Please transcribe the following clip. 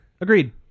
agreed